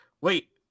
wait